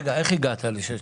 איך הגעת ל-6,800?